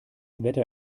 wetter